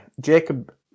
Jacob